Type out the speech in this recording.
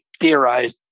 theorized